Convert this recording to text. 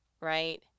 right